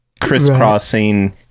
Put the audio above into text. crisscrossing